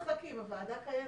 אנחנו מחכים, הוועדה קיימת.